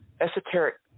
esoteric